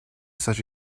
such